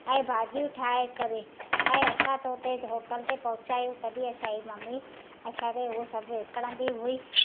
ऐं भाॼियूं ठाहे करे ऐं असां त हुते होटल ते पहुचा आहियूं तॾहिं असांजी मम्मी असां ते उहे सभु विकिणंदी हुई